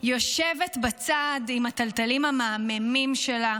יושבת בצד עם התלתלים המהממים שלה,